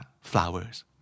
Flowers